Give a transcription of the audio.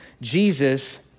Jesus